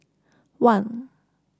one